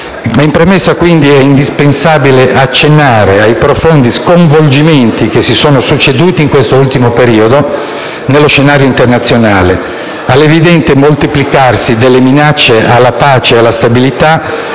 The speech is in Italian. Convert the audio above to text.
In premessa, quindi, è indispensabile accennare ai profondi sconvolgimenti che si sono succeduti in questo ultimo periodo nello scenario internazionale, all'evidente moltiplicarsi delle minacce alla pace e alla stabilità